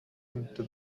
into